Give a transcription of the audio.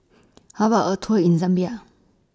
How about A Tour in Zambia